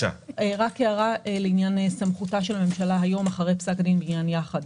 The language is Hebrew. יש לי רק הערה לעניין סמכותה של הממשלה היום אחרי פסק דין בעניין יחד.